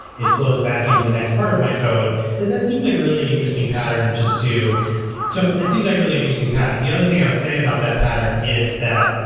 it flows back into the next part of my code. that that seems like a really interesting pattern just to so that seems like a really interesting pattern. the other thing i would say about that pattern is that